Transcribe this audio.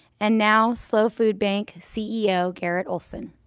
and now slo food bank, ceo, garret olson.